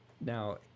Now